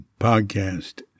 Podcast